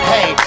Hey